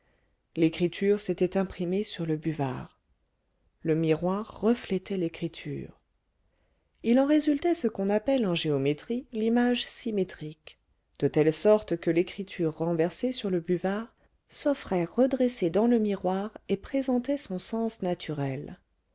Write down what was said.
l'écriture s'était imprimée sur le buvard le miroir reflétait l'écriture il en résultait ce qu'on appelle en géométrie l'image symétrique de telle sorte que l'écriture renversée sur le buvard s'offrait redressée dans le miroir et présentait son sens naturel